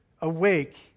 Awake